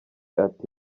ati